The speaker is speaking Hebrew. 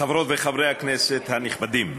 חברות וחברי הכנסת הנכבדים,